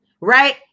Right